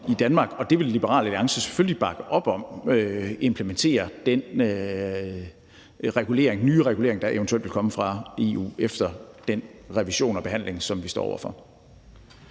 det vil Liberal Alliance selvfølgelig bakke op om, altså at implementere den nye regulering, der eventuelt vil komme fra EU efter den revision og behandling, som vi står over for.